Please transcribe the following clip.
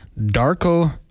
Darko